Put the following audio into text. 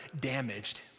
damaged